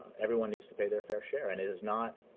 everyone needs to pay their fair share. and it is not